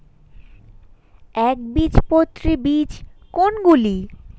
একবীজপত্রী বীজ কোন গুলি?